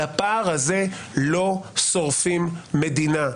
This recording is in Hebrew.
על הפער הזה לא שורפים מדינה.